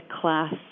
class